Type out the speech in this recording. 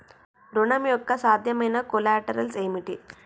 ఋణం యొక్క సాధ్యమైన కొలేటరల్స్ ఏమిటి?